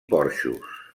porxos